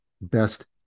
best